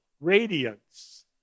radiance